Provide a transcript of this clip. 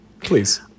Please